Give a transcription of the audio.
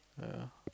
ya